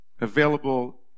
available